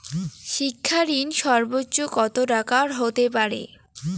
শিক্ষা ঋণ সর্বোচ্চ কত টাকার হতে পারে?